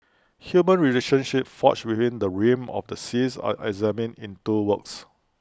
human relationships forged within the realm of the seas are examined in two works